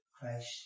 Christ